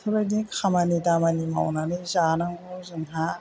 बेफोरबादि खामानि दामानि मावनानै जानांगौ जोंहा